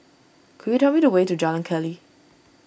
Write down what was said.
could you tell me the way to Jalan Keli